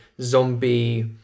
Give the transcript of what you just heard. zombie